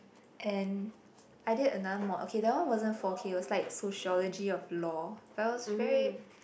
and I did another mod okay that one wasn't four K was like sociology of law but was very